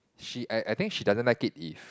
she I I think she doesn't like it if